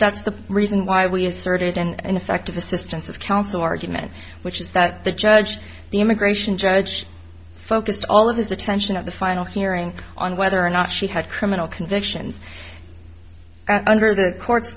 that's the reason why we asserted and effective assistance of counsel argument which is that the judge the immigration judge focused all of his attention at the final hearing on whether or not she had criminal convictions under the court's